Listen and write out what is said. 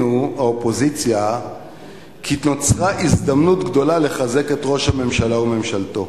האופוזיציה כי נוצרה הזדמנות גדולה לחזק את ראש הממשלה וממשלתו,